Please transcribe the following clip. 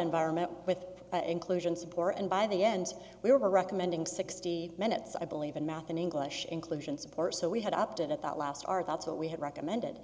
environment with inclusion support and by the end we were recommending sixty minutes i believe in math and english inclusion support so we had opted at that last our thoughts what we had recommended